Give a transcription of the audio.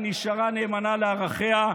היא נשארה נאמנה לערכיה,